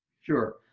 Sure